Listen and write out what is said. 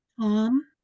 Tom